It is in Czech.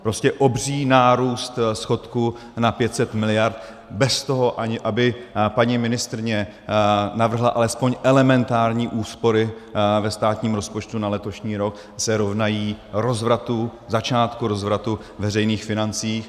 Prostě obří nárůst schodku na 500 miliard bez toho, aby paní ministryně navrhla alespoň elementární úspory ve státním rozpočtu na letošní rok, se rovná začátku rozvratu veřejných financí.